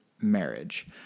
marriage